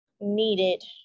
needed